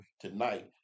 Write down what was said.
tonight